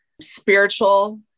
spiritual